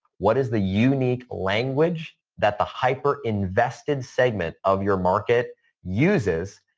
what is the unique language that the hyper invested segment of your market uses,